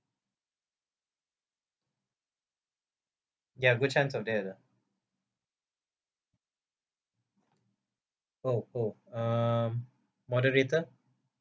ya good chance of that ah oh oh um moderator